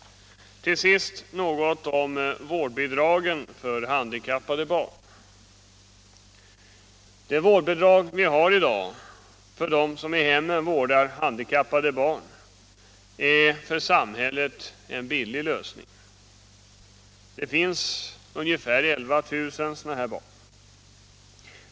Till sist något om vårdbidragen för handikappade barn. Det vårdbidrag vi har i dag för dem som i hemmen vårdar handikappade barn är för samhället en billig lösning. Det finns ungefär 11 000 sådana här barn.